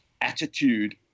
attitude